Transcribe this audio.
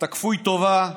אתה כפוי טובה.